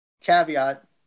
caveat